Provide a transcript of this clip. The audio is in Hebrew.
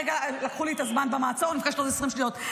רגע, לקחו לי את הזמן, אני מבקשת עוד 20 שניות.